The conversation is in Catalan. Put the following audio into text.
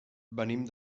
venim